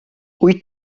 wyt